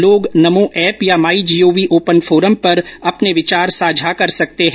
लोग नमो एप या MyGov open forum पर अपने विचार साझा कर सकते हैं